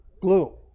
Glue